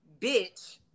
bitch